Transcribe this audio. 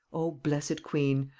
o blessed queen!